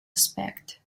expect